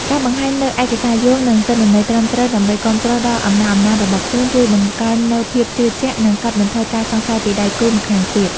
ការបង្ហាញនូវឯកសារយោង និងទិន្នន័យត្រឹមត្រូវដើម្បីគាំទ្រដល់អំណះអំណាងរបស់ខ្លួន ជួយបង្កើននូវភាពជឿជាក់ និងកាត់បន្ថយការសង្ស័យពីដៃគូម្ខាងទៀត។